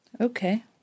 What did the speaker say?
Okay